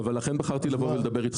לכן בחרתי לבוא ולדבר איתך.